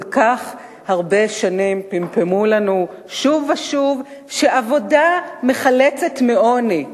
כל כך הרבה שנים פמפמו לנו שוב ושוב שעבודה מחלצת מעוני,